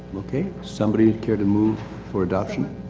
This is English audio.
okay. somebody care to move for adoption?